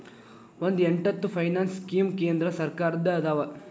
ಒಂದ್ ಎಂಟತ್ತು finance scheme ಕೇಂದ್ರ ಸರ್ಕಾರದ್ದ ಅದಾವ